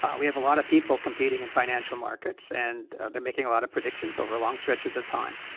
um we have a lot of people competing in financial markets, and they're making a lot of predictions over long stretches of time.